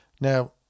Now